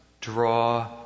draw